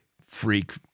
freak